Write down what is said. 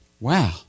Wow